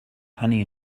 honey